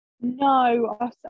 No